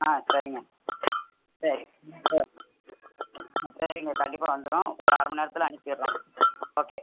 ஆ சரிங்க சரி ம் ஹ ம் சரிங்க கண்டிப்பாக வந்துடும் ஒரு அரை மணி நேரத்தில் அனுப்பிடறோம் ஓகே